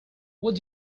what